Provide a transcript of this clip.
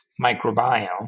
microbiome